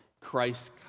Christ